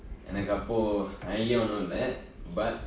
எனக்கு அப்பொ:enakku appo idea ஒன்னும் இல்ல:onnum illa but